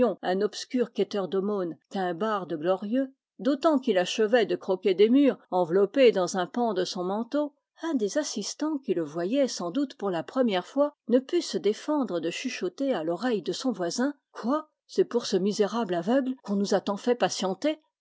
un obscur quêteur d'aumônes qu'à un barde glorieux d'autant qu'il achevait de croquer des mûres enveloppées dans un pan de son manteau un des assistants qui le voyait sans doute pour la première fois ne put se défendre de chucho ter à l'oreille de son voisin quoi c'est pour ce misérable aveugle qu'on nous a tant fait patienter